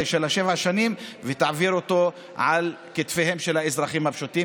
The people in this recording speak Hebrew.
של שבע שנים ויעבירו אותם על כתפיהם של האזרחים הפשוטים.